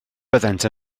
byddent